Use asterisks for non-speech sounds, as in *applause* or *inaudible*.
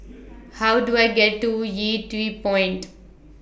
*noise* How Do I get to Yew Tee Point